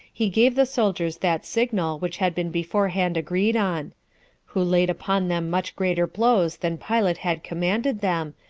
he gave the soldiers that signal which had been beforehand agreed on who laid upon them much greater blows than pilate had commanded them,